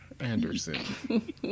Anderson